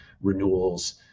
renewals